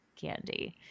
candy